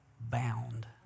bound